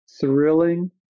thrilling